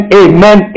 amen